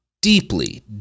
deeply